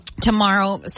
tomorrow